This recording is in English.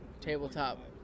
tabletop